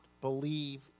believe